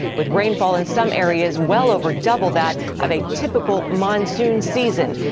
with rainfall in some areas well over double that of a typical monsoon season.